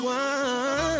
one